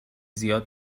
زیاد